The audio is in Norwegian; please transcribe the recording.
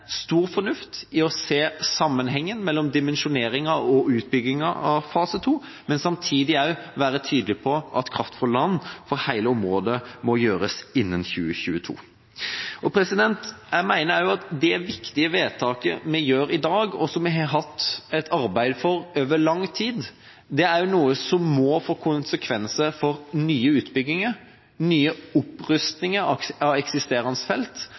stor fornuft i å se sammenhengen mellom dimensjoneringa og utbygginga av fase 2, men samtidig være tydelig på at kraft fra land for hele området må innføres innen 2022. Jeg mener også at det viktige vedtaket vi gjør i dag, og som vi har hatt et arbeid for over lang tid, er noe som må få konsekvenser for nye utbygginger og nye opprustninger av